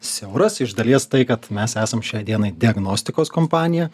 siauras iš dalies tai kad mes esam šiai dienai diagnostikos kompanija